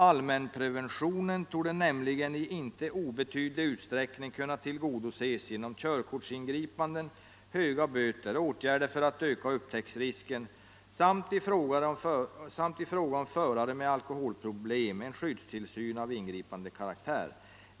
Allmänpreventionen torde nämligen i inte obetydlig utsträckning kunna tillgodoses genom körkortsingripanden, höga böter, åtgärder för att öka upptäcktsrisken samt i fråga om förare med alkohol problem en skyddstillsyn av ingripande karaktär.